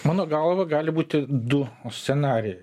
mano galva gali būti du scenarijai